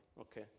okay